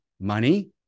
money